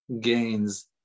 gains